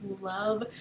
love